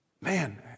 Man